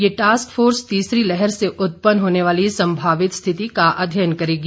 ये task force तीसरी लहर से उत्पन्न होने वाली संभावित स्थिति का अध्ययन करेगी